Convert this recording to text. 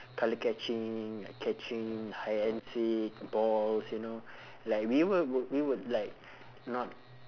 colour catching like catching hide and seek balls you know like we will wou~ we would like not